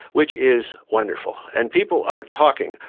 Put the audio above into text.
which is wonderful. and people are talking,